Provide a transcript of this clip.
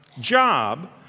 job